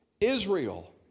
Israel